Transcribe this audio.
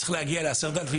צריך להגיע ל-10,000.